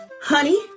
honey